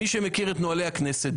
מי שמכיר את נוהלי הכנסת,